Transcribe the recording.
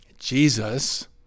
Jesus